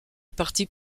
partit